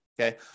Okay